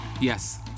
Yes